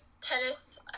tennis